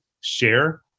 share